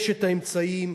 יש האמצעים,